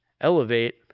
elevate